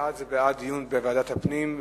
בעד זה בעד דיון בוועדת הפנים,